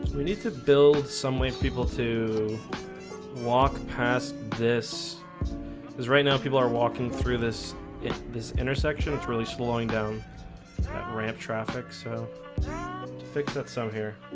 we need to build some way people to walk past this because right now people are walking through this in this intersection. it's really slowing down ramp traffic, so fix it some here